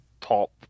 top